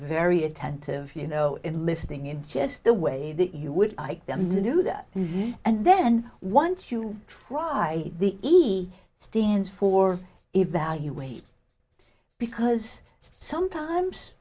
very attentive you know in listening in just the way that you would like them to do that and then once you try the easy stands for evaluation because sometimes